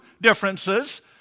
differences